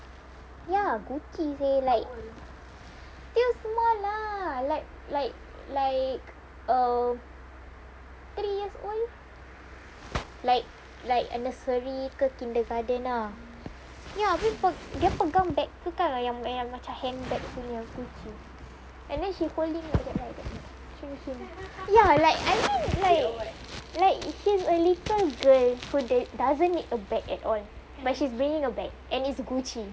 ya Gucci seh still small lah like like like like three years old err like like nursery ke kindergarten lah ya dia pegang bag yang macam handbag punya and then she holding like that right like I mean like like she's a little girl who doesn't need a bag at all but she's bringing a bag and is Gucci